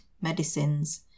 medicines